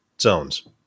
zones